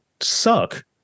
suck